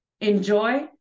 Enjoy